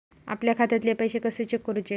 आपल्या खात्यातले पैसे कशे चेक करुचे?